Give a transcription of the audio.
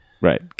Right